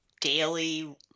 daily